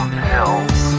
pills